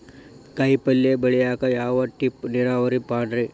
ಕಾಯಿಪಲ್ಯ ಬೆಳಿಯಾಕ ಯಾವ ಟೈಪ್ ನೇರಾವರಿ ಪಾಡ್ರೇ?